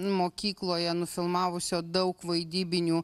mokykloje nufilmavusio daug vaidybinių